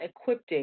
equipping